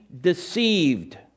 deceived